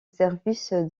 service